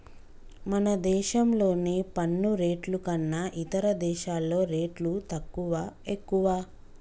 మన దేశంలోని పన్ను రేట్లు కన్నా ఇతర దేశాల్లో రేట్లు తక్కువా, ఎక్కువా